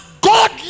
God